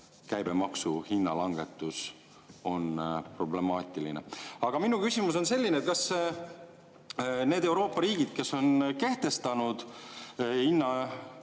käibemaksu hinnalangetus on problemaatiline. Aga minu küsimus on selline. Kas need Euroopa riigid, kes on kehtestanud